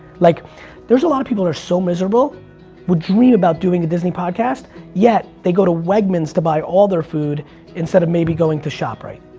like there's a lot of people that are so miserable who dream about doing a disney podcast yet they go to wegman's to buy all their food instead of maybe going to shoprite.